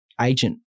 agent